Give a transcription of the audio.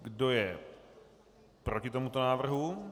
Kdo je proti tomuto návrhu?